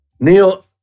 Neil